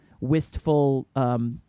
wistful